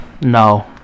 No